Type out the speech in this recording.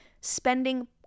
spending